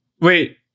Wait